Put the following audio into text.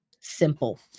simple